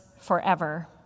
forever